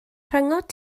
rhyngot